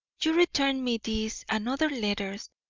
you return me this and other letters,